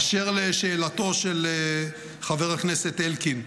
אשר על שאלתו של חבר הכנסת אלקין,